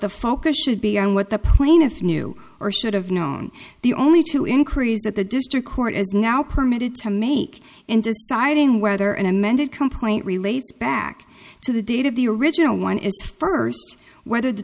the focus should be on what the plaintiff knew or should have known the only two increases that the district court is now permitted to make in deciding whether an amended complaint relates back to the date of the original one is first whether the